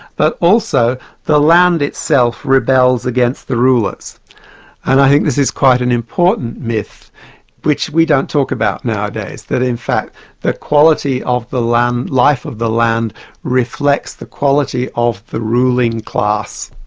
but also the land itself rebels against the rulers and i think this is quite an important myth which we don't talk about nowadays that in fact the quality of the land, the life of the land reflects the quality of the ruling class.